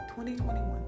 2021